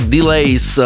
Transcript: Delays